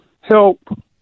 help